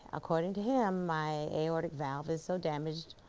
according to him my aortic valve is so damaged,